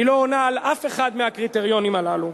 היא לא עונה על אף אחד מהקריטריונים הללו.